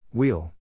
Wheel